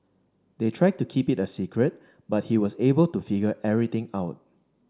they tried to keep it a secret but he was able to figure everything out